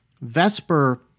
Vesper